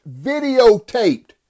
videotaped